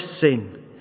sin